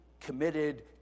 committed